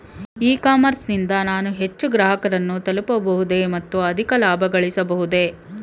E commerce ನಿಂದ ನಾನು ಹೆಚ್ಚು ಗ್ರಾಹಕರನ್ನು ತಲುಪಬಹುದೇ ಮತ್ತು ಅಧಿಕ ಲಾಭಗಳಿಸಬಹುದೇ?